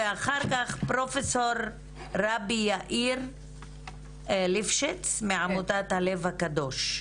ואחר כך פרופסור רבי יאיר ליפשיץ מעמותת "הלב הקדוש".